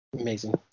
Amazing